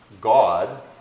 God